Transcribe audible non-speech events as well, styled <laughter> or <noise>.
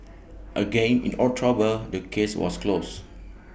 <noise> again in October the case was closed <noise>